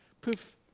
poof